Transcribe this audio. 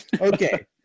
Okay